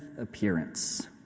appearance